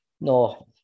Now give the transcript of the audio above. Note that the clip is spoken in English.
No